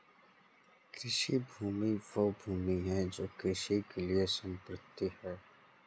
कृषि भूमि वह भूमि है जो कृषि के लिए समर्पित है